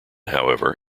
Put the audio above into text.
however